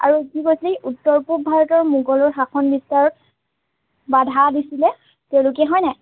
আৰু উত্তৰ পূৱ ভাৰতৰ মোগলৰ শাসন বিস্তাৰত বাধা দিছিলে তেওঁলোকে হয় নাই